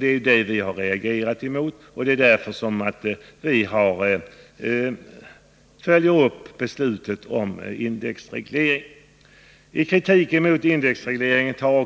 Det är det som vi har reagerat mot, och det är anledningen till att vi följer upp beslutet om indexregleringen. Erik Wärnbergs kritik mot indexregleringen omfattade